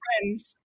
friends